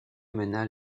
mena